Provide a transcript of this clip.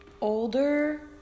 older